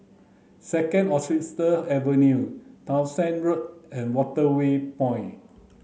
Second Avenue Townshend Road and Waterway Point